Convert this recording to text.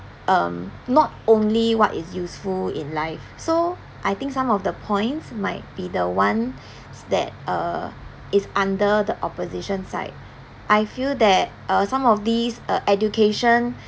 um not only what is useful in life so I think some of the points might be the one that uh is under the opposition side I feel that uh some of these uh education